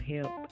help